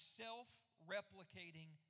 self-replicating